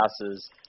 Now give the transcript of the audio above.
passes